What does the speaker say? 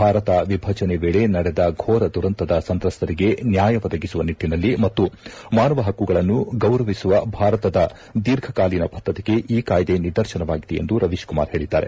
ಭಾರತ ವಿಭಜನೆ ವೇಳೆ ನಡೆದ ಘೋರ ದುರಂತದ ಸಂತ್ರಸ್ತರಿಗೆ ನ್ನಾಯ ಒದಗಿಸುವ ನಿಟ್ಟನಲ್ಲಿ ಮತ್ತು ಮಾನವ ಹಕ್ಕುಗಳನ್ನು ಗೌರವಿಸುವ ಭಾರತದ ದೀರ್ಘಕಾಲೀನ ಬದ್ದತೆಗೆ ಈ ಕಾಯ್ದೆ ನಿದರ್ಶನವಾಗಿದೆ ಎಂದು ರವೀಶ್ ಕುಮಾರ್ ಹೇಳಿದ್ದಾರೆ